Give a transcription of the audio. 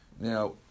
Now